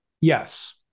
Yes